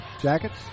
Jackets